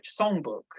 songbook